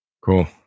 Cool